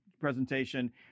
presentation